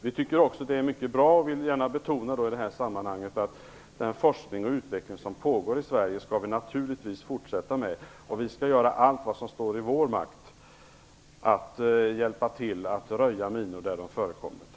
Vi tycker också att den forskning och utveckling som pågår i Sverige är mycket bra, och vi vill gärna i det här sammanhanget betona att den naturligtvis skall fortsätta. Vi skall göra allt som står i vår makt för att hjälpa till att röja minor där de förekommer.